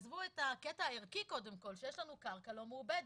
עזבו את העניין הערכי, שיש לנו קרקע לא מעובדת.